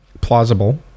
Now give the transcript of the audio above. Plausible